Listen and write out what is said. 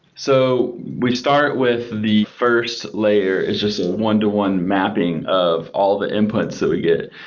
so we start with the first layer. it's just one to one mapping of all the inputs that we get.